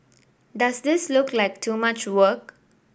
does this look like too much work